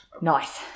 nice